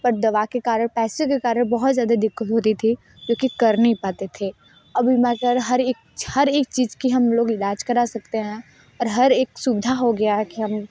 पर दवा के कारण पैसों के कारकण बहु त ज़्यादा दिक्कत होती थी क्योंकि कर नहीं पाते थे बीमारी का हर एक हर एक चीज़ का हम लोग इलाज करा सकते हैं और एक सुविधा हो गई है कि हम